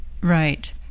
Right